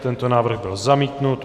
Tento návrh byl zamítnut.